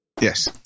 Yes